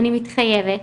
אני מתחייבת